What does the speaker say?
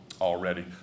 already